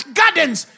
gardens